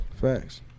Facts